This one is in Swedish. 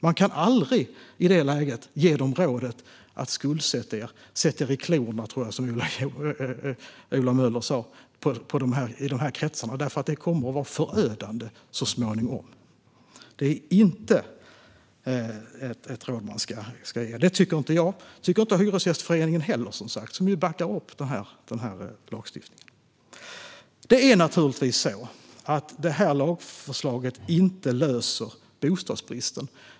Men kan aldrig i det läget ge dem rådet: Skuldsätt er och sätt er i klorna på - som jag tror att Ola Möller sa - människor i de här kretsarna! Det kommer att vara förödande så småningom. Det är inte ett råd man ska ge. Det tycker inte jag. Det tycker inte heller Hyresgästföreningen, som backar upp lagstiftningen. Det är naturligtvis så att det här lagförslaget inte löser bostadsbristen.